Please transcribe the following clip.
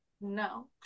no